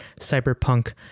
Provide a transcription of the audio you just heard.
Cyberpunk